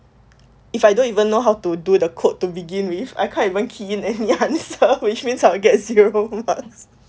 if I don't even know how to do the code to begin with I can't even key in any answer which means I'll get zero marks